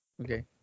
Okay